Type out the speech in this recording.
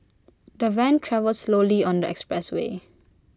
the van travel slowly on the expressway